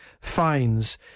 fines